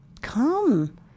come